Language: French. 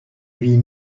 vie